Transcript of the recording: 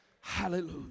hallelujah